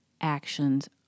actions